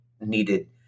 needed